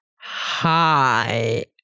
Hi